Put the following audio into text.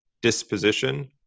disposition